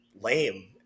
lame